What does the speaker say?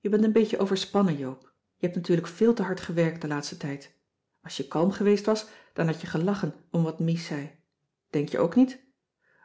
je bent een beetje overspannen joop je hebt natuurlijk veel te hard gewerkt den laatsten tijd als je kalm geweest was dan had je gelachen om wat mies zei denk je ook niet